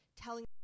telling